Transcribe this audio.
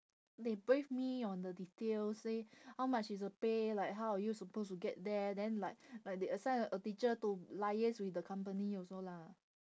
they brief me on the details say how much is the pay like how are you suppose to get there then like like they assign a teacher to liaise with the company also lah